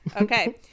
okay